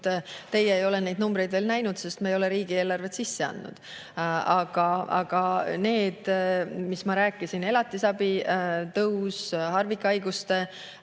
ole teie neid numbreid veel näinud, sest me ei ole riigieelarvet sisse andnud. Aga [nagu] ma rääkisin: elatisabi tõus, harvikhaiguste